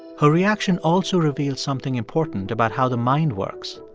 her reaction also reveals something important about how the mind works,